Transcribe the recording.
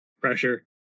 pressure